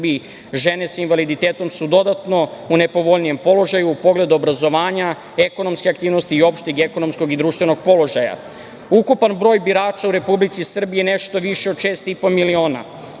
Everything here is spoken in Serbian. žene sa invaliditetom su dodatno u nepovoljnijem položaju u pogledu obrazovanja, ekonomske aktivnosti i opšteg ekonomskog i društvenog položaja. Ukupan broj birača u Republici Srbiji je nešto viši od šest i po